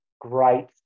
great